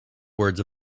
words